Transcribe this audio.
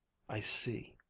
i see.